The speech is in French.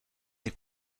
des